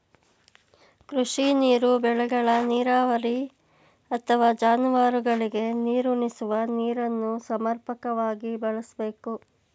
ಕೃಷಿ ನೀರು ಬೆಳೆಗಳ ನೀರಾವರಿ ಅಥವಾ ಜಾನುವಾರುಗಳಿಗೆ ನೀರುಣಿಸುವ ನೀರನ್ನು ಸಮರ್ಪಕವಾಗಿ ಬಳಸ್ಬೇಕು